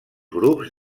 grups